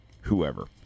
whoever